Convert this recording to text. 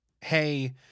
hey